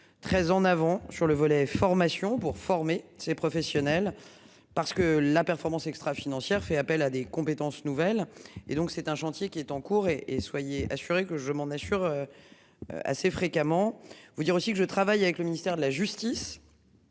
très en avant sur le volet formation pour former ces professionnels parce que la performance extra-financière fait appel à des compétences nouvelles et donc c'est un chantier qui est en cours et et soyez assurés que je m'en assure. Assez fréquemment. Vous dire aussi que je travaille avec le ministère de la justice.